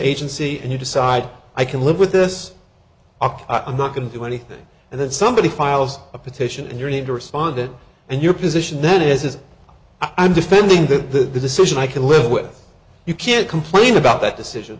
agency and you decide i can live with this book i'm not going to do anything and then somebody files a petition and you need to respond that and your position then is i'm defending the decision i can live with you can't complain about that decision